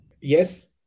yes